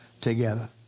together